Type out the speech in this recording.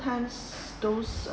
sometimes those